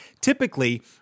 Typically